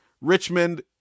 Richmond